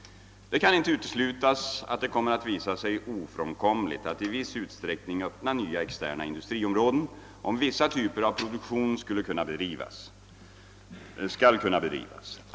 Det kan inte uteslutas att det kommer att visa sig ofrånkomligt att i viss utsträckning öppna nya externa industriområden, om vissa typer av produktion skall kunna bedrivas.